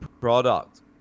product